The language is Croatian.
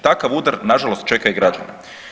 Takav udar, nažalost čeka i građane.